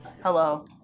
Hello